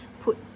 put